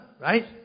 right